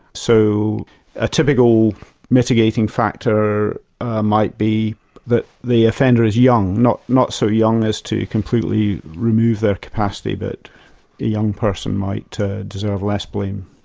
so a typical mitigatingfactor ah might be that the offender is young, not not so young as to completely remove their capacity but young person might deserve less blame.